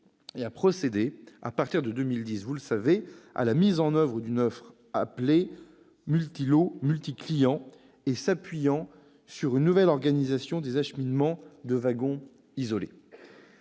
et a procédé, à partir de 2010, vous le savez, à la mise en oeuvre d'une offre appelée « multi-lots multi-clients », s'appuyant sur une nouvelle organisation des acheminements de wagons isolés.